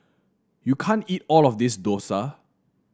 you can't eat all of this dosa